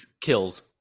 kills